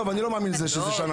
אני לא מאמין שזה לוקח שנה.